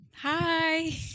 Hi